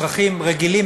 אזרחים "רגילים",